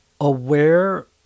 aware